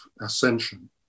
ascension